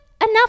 Enough